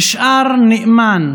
נשאר נאמן